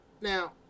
Now